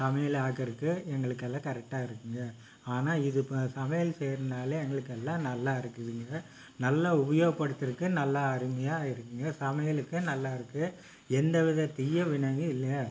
சமையல் ஆக்கறதுக்கு எங்களுக்கு எல்லாம் கரெக்ட்டா இருக்குதுங்க ஆனால் இது இப்போ சமையல் செய்யறதுனால எங்களுக்கு எல்லாம் நல்லா இருக்குதுங்க நல்லா உபயோகப்படுத்துகிறதுக்கு நல்லா அருமையாக இருக்குதுங்க சமையலுக்கு நல்லா இருக்குது எந்தவித தீய வினையும் இல்லை